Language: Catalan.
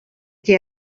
què